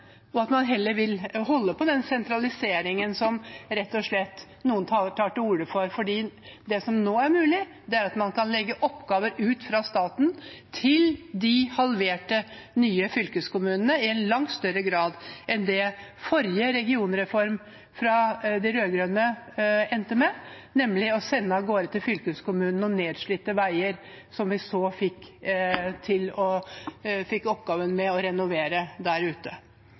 holde på den sentraliseringen man tar til orde for. Det som nå er mulig, er at man kan legge oppgaver over fra staten til det halverte antallet nye fylkeskommuner i langt større grad enn det den forrige regionreformen, fra de rød-grønne, endte med, nemlig å sende av gårde til fylkeskommunene noen nedslitte veier – som man så fikk oppgaven der ute med å renovere.